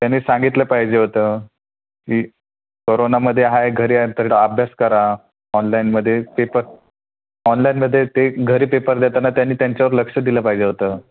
त्यांनी सांगितलं पाहिजे होतं की करोनामध्ये आहे घरी आहे तर अभ्यास करा ऑनलाईनमध्ये पेपर ऑनलाईनमध्ये ते घरी पेपर देताना त्यांनी त्यांच्यावर लक्ष दिलं पाहिजे होतं